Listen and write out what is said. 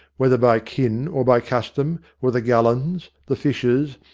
whether by kin or by custom, were the gullens, the fishers,